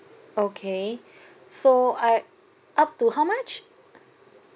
okay so I up to how much